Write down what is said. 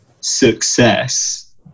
success